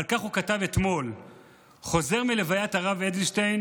אבל כך הוא כתב אתמול: חוזר מלוויית הרב אדלשטיין.